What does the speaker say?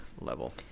level